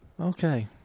Okay